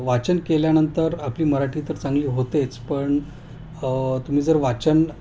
वाचन केल्यानंतर आपली मराठी तर चांगली होतेच पण तुम्ही जर वाचन